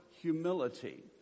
humility